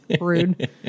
rude